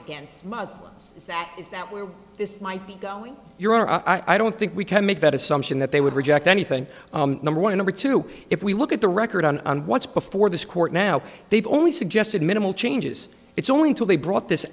against muslims is that is that where this might be going you're on i don't think we can make that assumption that they would reject anything number one number two if we look at the record on what's before this court now they've only suggested minimal changes it's only until they brought this